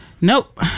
Nope